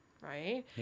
right